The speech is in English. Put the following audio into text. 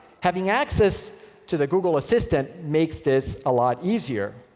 having access to the google assistant makes this a lot easier.